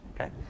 Okay